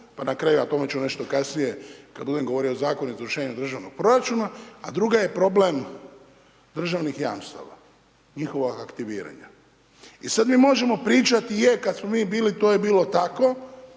pa na kraju, a o tome ću nešto kasnije kad budem govorio o Zakonu izvršenja državnog proračuna, a druga je problem državnih jamstava, njihovog aktiviranja. I sad mi možemo pričati, je, kad smo mi bilo, to je bilo tako,